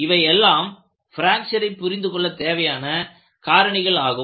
இவை எல்லாம் பிராக்சரை புரிந்து கொள்ள தேவையான காரணிகளாகும்